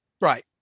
right